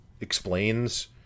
explains